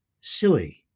silly